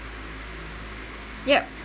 yup